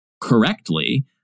correctly